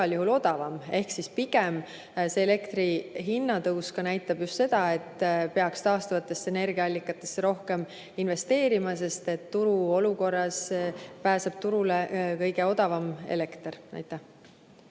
igal juhul odavam. Ehk siis elektri hinna tõus näitab, et peaks taastuvatesse energiaallikatesse rohkem investeerima, sest turuolukorras pääseb turule kõige odavam elekter. Läheme